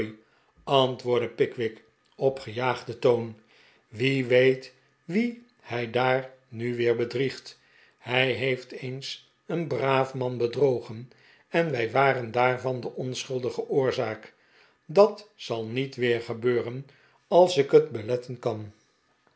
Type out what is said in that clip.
antwoordde pickwick op gejaagden toon wie weet wien hij daar nu weer bedriegtl hij heeft eens een braaf man bedrogen en wlj waren daarvan de onschuldige oorzaak dat zal niet weer gebeuren als ik het beletten kan